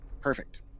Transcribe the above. Perfect